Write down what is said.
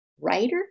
writer